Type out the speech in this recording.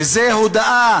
וזו הודאה